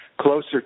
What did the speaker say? closer